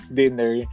dinner